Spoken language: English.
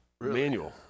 manual